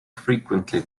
frequently